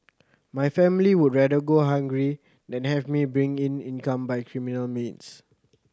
my family would rather go hungry than have me bring in income by criminal means